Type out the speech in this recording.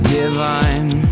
divine